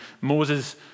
Moses